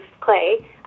Clay